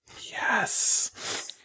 Yes